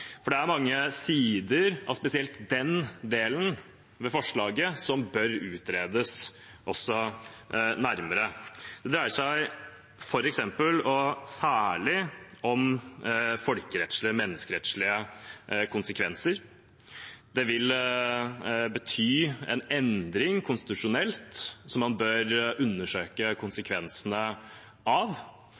For det er mange sider, spesielt ved den delen av forslaget, som bør utredes nærmere. Det dreier seg f.eks. – og særlig – om menneskerettslige konsekvenser. Det vil bety en endring konstitusjonelt som man bør undersøke konsekvensene av.